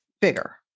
bigger